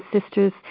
sisters